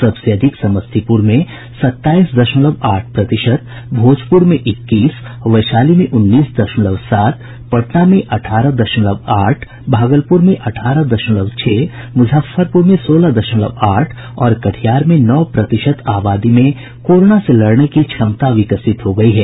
सबसे अधिक समस्तीपुर में सत्ताईस दशमलव आठ प्रतिशत भोजपुर में इक्कीस वैशाली में उन्नीस दशमलव सात पटना में अठारह दशमलव आठ भागलपुर में अठारह दशमलव छह मुजफ्फरपुर में सोलह दशमलव आठ और कटिहार में नौ प्रतिशत आबादी में कोरोना से लड़ने की क्षमता विकसित हो गयी है